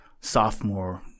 sophomore